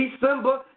December